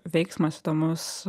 veiksmas įdomus